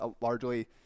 largely